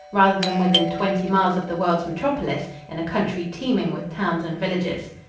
rather than within twenty miles of the world's metropolis, in a country teeming with towns and villages.